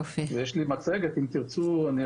יש לי מצגת אם תרצו.